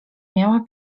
miała